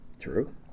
True